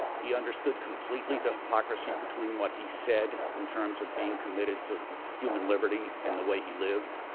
he understood completely the hypocrisy between what he said in terms of being committed to human liberty and the way he lived.